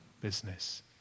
business